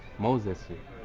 moses